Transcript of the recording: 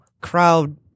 crowd